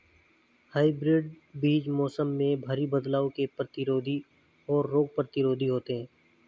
hybrid बीज मौसम में भारी बदलाव के प्रतिरोधी और रोग प्रतिरोधी होते हैं